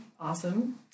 awesome